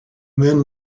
men